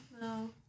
No